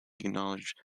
acknowledged